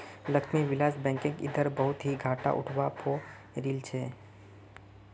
लक्ष्मी विलास बैंकक इधरे बहुत ही घाटा उठवा पो रील छे